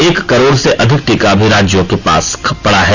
एक करोड़ से अधिक टीका अभी राज्यों पास पड़ा है